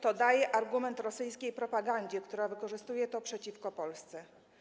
to daje argument rosyjskiej propagandzie, która wykorzystuje to przeciwko Polsce.